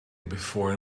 before